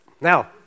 now